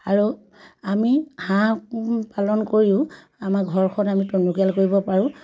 আৰু আমি হাঁহ পালন কৰিও আমাৰ ঘৰখন আমি টনকিয়াল কৰিব পাৰোঁ